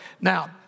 now